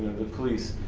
the police.